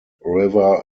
river